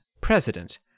president